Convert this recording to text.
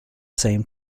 same